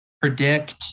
predict